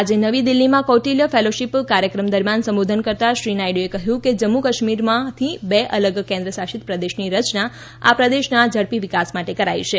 આજે નવી દિલ્ફીમાં કૌટિલ્ય ફેલોશીપ કાર્યક્રમ દરમિયાન સંબોધન કરતાં શ્રી નાયડુએ કહ્યું કે જમ્મુ કાશ્મીરમાંથી બે અલગ કેન્દ્ર શાસિત પ્રદેશની રચના આ પ્રદેશના ઝડપી વિકાસ માટે કરાઇ છે